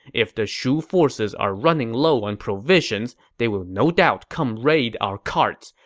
if the shu forces are running low on provisions, they will no doubt come raid our carts.